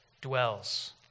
dwells